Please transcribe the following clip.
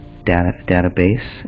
database